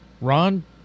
ron